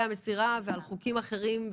המסירה ועל חוקים אחרים.